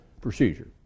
procedure